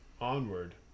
Onward